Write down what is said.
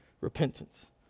repentance